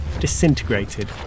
disintegrated